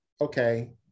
okay